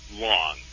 long